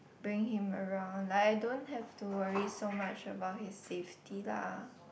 bring him around like I don't have to worry so much about his safety lah